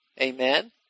Amen